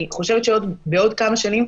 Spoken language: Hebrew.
אני חושבת שבעוד כמה שנים,